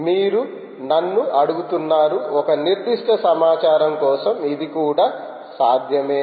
మీరు నన్ను అడుగుతున్నారు ఒక నిర్దిష్ట సమాచారం కోసం ఇది కూడా సాధ్యమే